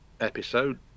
episode